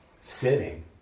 sitting